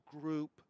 group